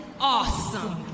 awesome